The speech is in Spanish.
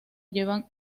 llevan